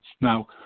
Now